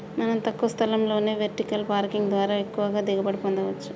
మనం తక్కువ స్థలంలోనే వెర్టికల్ పార్కింగ్ ద్వారా ఎక్కువగా దిగుబడి పొందచ్చు